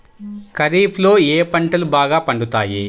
ఖరీఫ్లో ఏ పంటలు బాగా పండుతాయి?